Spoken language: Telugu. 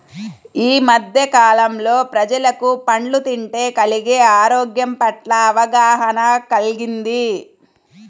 యీ మద్దె కాలంలో ప్రజలకు పండ్లు తింటే కలిగే ఆరోగ్యం పట్ల అవగాహన కల్గింది